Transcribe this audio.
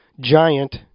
giant